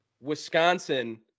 Wisconsin